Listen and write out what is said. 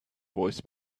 voice